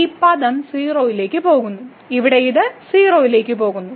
ഈ പദം 0 ലേക്ക് പോകുന്നു ഇവിടെ ഇത് 0 ലേക്ക് പോകുന്നു